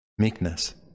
Meekness